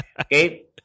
Okay